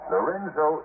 Lorenzo